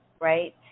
right